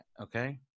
okay